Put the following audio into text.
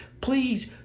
please